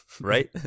Right